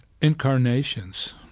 incarnations